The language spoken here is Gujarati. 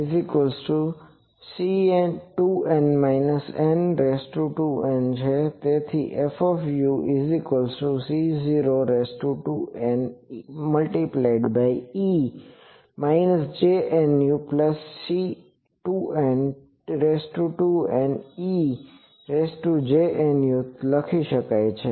તેથી FuC02Ne j NuC2N2Nej Nu લખી શકાય છે